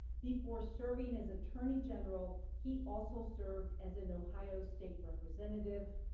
before serving as attorney general, he also served as an ohio state representative,